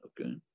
okay